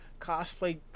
cosplay